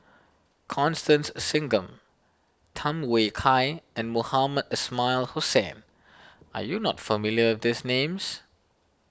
Constance Singam Tham Yui Kai and Mohamed Ismail Hussain are you not familiar with these names